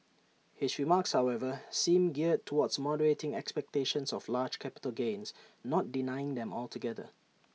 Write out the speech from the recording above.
his remarks however seem geared towards moderating expectations of large capital gains not denying them altogether